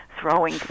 throwing